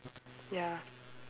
ya